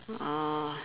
ah